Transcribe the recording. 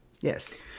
yes